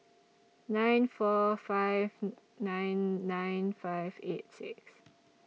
nine four five nine nine five eight six